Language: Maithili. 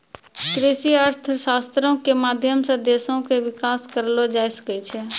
कृषि अर्थशास्त्रो के माध्यम से देशो के विकास करलो जाय सकै छै